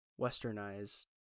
westernized